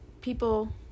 people